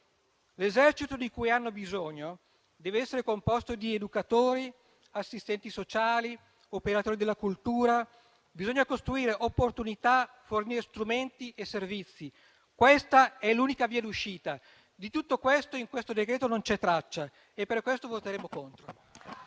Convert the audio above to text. «L'esercito di cui hanno bisogno lì deve essere composto da educatori, assistenti sociali, operatori della cultura. Bisogna costruire opportunità, fornire strumenti e servizi. Questa è l'unica via d'uscita». Di tutto questo, in questo decreto-legge, non c'è traccia e per questo voteremo contro.